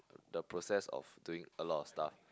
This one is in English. the process of doing a lot of stuff